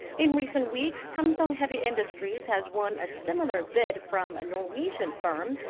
in recent weeks, samsung heavy industries has won a similar bid from a norwegian firm.